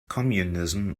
communism